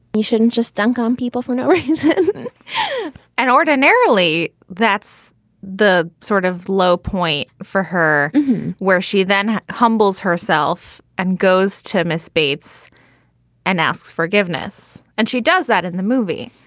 you shouldn't just dunk on people for no reason and ordinarily that's the sort of low point for her where she then humbles herself and goes to miss bates and asks forgiveness. and she does that in the movie.